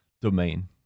domain